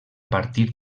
partir